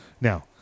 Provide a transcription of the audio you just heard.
Now